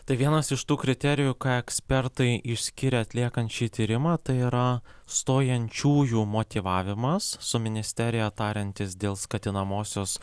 tai vienas iš tų kriterijų ką ekspertai išskiria atliekant šį tyrimą tai yra stojančiųjų motyvavimas su ministerija tariantis dėl skatinamosios